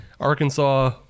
arkansas